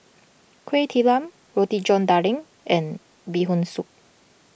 Kuih Talam Roti John Daging and Bee Hoon Soup